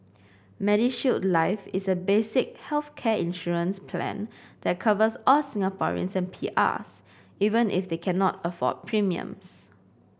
MediShield Life is a basic healthcare insurance plan that covers all Singaporeans and PRs even if they cannot afford premiums